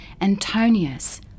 Antonius